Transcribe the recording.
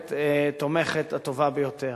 ומערכת תומכת הטובה ביותר.